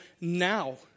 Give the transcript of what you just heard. now